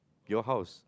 your house